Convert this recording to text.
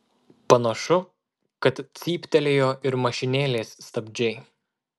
panašu kad cyptelėjo ir mašinėlės stabdžiai